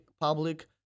public